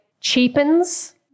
cheapens